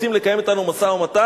רוצים לקיים אתנו משא-ומתן?